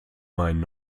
meinen